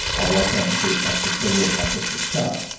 oh, i've gone to see a practice when your practice was shut,